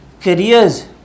Careers